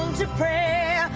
to pray,